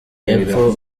y’epfo